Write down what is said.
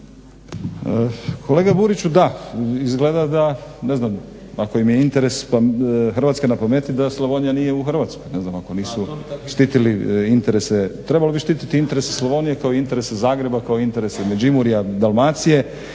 Kolega Buriću da, izgleda da ne znam ako im je interes Hrvatske na pameti da Slavonija nije u Hrvatskoj, ne znam ako nisu štitili interese. Trebalo bi štititi interese Slavonije kao i interese Zagreba, kao interese Međimurja, Dalmacije